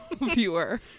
viewer